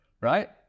right